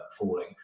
falling